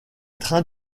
trains